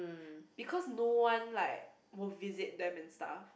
because no one like will visit them and stuff